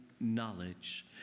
knowledge